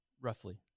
roughly